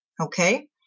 Okay